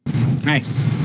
Nice